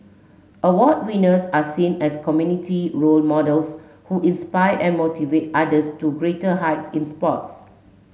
award winners are seen as community role models who inspire and motivate others to greater heights in sports